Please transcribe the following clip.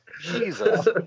Jesus